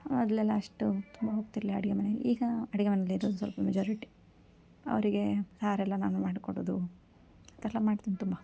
ಮೊದಲೆಲ್ಲ ಅಷ್ಟು ತುಂಬ ಹೋಗ್ತಿರ್ಲ ಅಡುಗೆ ಮನೆಗೆ ಈಗ ಅಡುಗೆ ಮನೆಲಿ ಇರೋದು ಸ್ವಲ್ಪ ಮೆಜಾರಿಟಿ ಅವರಿಗೆ ಸಾರು ಎಲ್ಲ ನಾನೇ ಮಾಡಿಕೊಡೋದು ಅದೆಲ್ಲ ಮಾಡ್ತೀನಿ ತುಂಬ